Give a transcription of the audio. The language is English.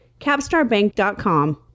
capstarbank.com